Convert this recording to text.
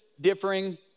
differing